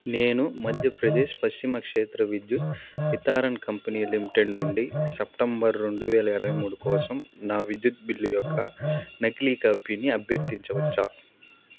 నేను Madhya Pradesh Paschim Kshetra Vidyut Vitaran company limited నుండి September రెండు వేల ఇరవై మూడు కోసం నా విద్యుత్ బిల్లు యొక్క నకిలీ కాపీని అభ్యర్థించవచ్చా